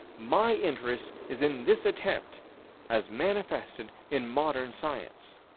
my interest is in this attempt as manifested in modern science